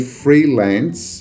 freelance